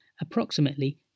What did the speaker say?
Approximately